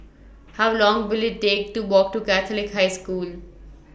How Long Will IT Take to Walk to Catholic High School